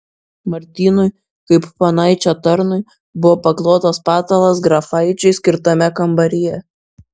martynui kaip ponaičio tarnui buvo paklotas patalas grafaičiui skirtame kambaryje